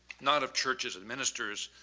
not of churches and ministers,